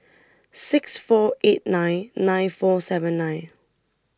six four eight nine nine four seven nine